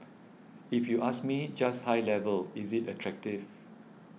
if you ask me just high level is it attractive